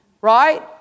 Right